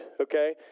okay